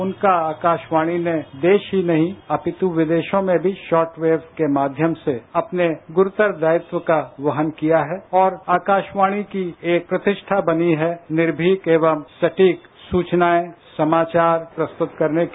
उनका आकाशवाणी ने देश ही नहीं अपित् विदेशों में भी शॉटवेव के माध्यम से अपने गूरतर दायित्व का वहन किया है और आकाशवाणी की एक प्रतिप्ठा बनी है निर्भीक एवं सटीक सूचनाए समाचार प्रस्तुत करने की